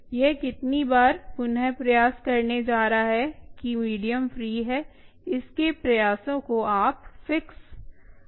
यह कितनी बार पुन प्रयास करने जा रहा है कि मीडियम फ्री है इसके प्रयासों को आप फिक्स सकते हैं